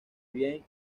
bien